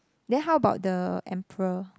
then how about the emperor